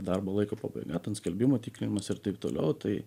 darbo laiko pabaiga skelbimų tikrinimas ir taip toliau tai